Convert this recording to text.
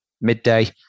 midday